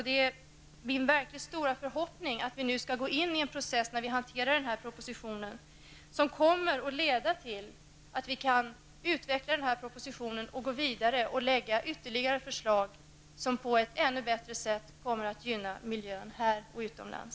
Det är min stora förhoppning att vi vid behandlingen av denna proposition skall gå in i en process som leder till att vi kan utveckla propositionen och gå vidare och lägga fram ytterligare förslag som på ett ännu bättre sätt kommer att gynna miljön här i Sverige och utomlands.